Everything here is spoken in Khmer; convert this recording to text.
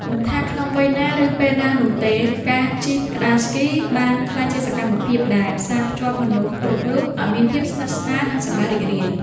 មិនថាក្នុងវ័យណា ឬពេលណានោះទេ ការជិះក្ដារស្គីបានក្លាយជាសកម្មភាពដែលផ្សារភ្ជាប់មនុស្សគ្រប់រូបឱ្យមានភាពស្និទ្ធស្នាល និងសប្បាយរីករាយ។